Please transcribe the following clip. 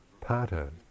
pattern